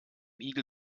igel